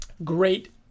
great